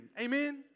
Amen